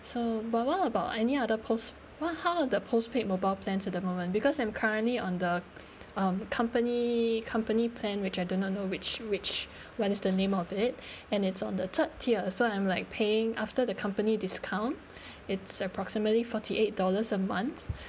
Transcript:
so but what about any other post~ what how are the postpaid mobile plan to the moment because I'm currently on the um company company plan which I do not know which which what is the name of it and it's on the third tier so I'm like paying after the company discount it's approximately forty eight dollars a month with